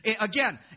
Again